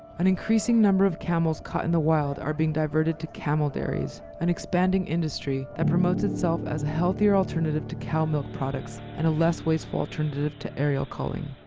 an increasing number of camels caught in the wild are being diverted to camel dairies, an expanding industry that promotes itself itself as a healthier alternative to cow milk products and a less wasteful alternative to aerial culling.